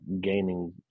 gaining